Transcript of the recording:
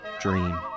dream